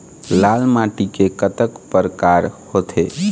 लाल माटी के कतक परकार होथे?